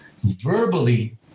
verbally